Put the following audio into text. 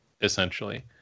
Essentially